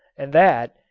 and that,